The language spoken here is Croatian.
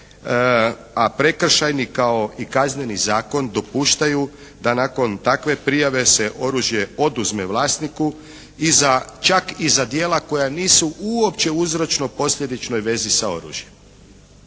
a prekršajni kao i Kazneni zakon dopuštaju da nakon takve prijave se oružje oduzme vlasniku i za čak i za djela koja nisu uopće u uzročno posljedičnoj vezi sa oružjem.